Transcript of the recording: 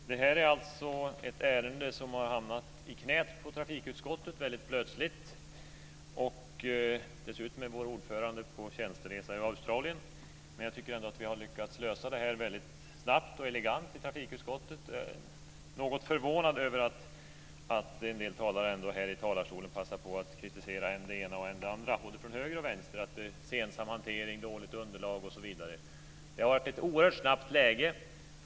Fru talman! Det här är alltså ett ärende som har hamnat i knäet på trafikutskottet väldigt plötsligt. Dessutom är vår ordförande på tjänsteresa i Australien. Jag tycker ändå att vi i trafikutskottet har lyckats lösa det här väldigt snabbt och elegant. Jag är något förvånad över att en del talare här i talarstolen ändå passar på att kritisera än det ena och än det andra, både från höger och från vänster, för att det är långsam hantering, dåligt underlag osv. Det har gått oerhört snabbt i detta läge.